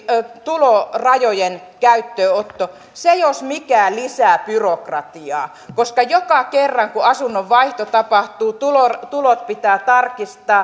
tulorajojen käyttöönotto arava asunnoissa se jos mikä lisää byrokratiaa koska joka kerran kun asunnon vaihto tapahtuu tulot tulot pitää tarkistaa